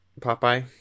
Popeye